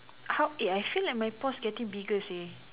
how eh I feel like my pores getting bigger seh